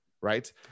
right